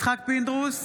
יצחק פינדרוס,